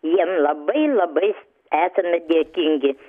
jiem labai labai esame dėkingi